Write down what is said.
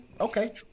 Okay